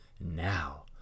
now